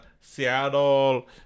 Seattle